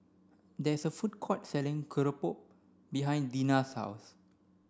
there's a food court selling Keropok behind Deena's house